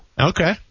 Okay